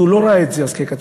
הוא לא ראה את זה אז כקטסטרופה,